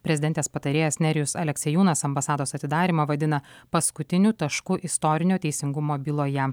prezidentės patarėjas nerijus aleksiejūnas ambasados atidarymą vadina paskutiniu tašku istorinio teisingumo byloje